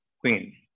queen